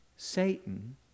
Satan